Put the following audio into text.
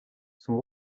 son